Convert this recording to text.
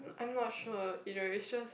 I'm not sure either it's just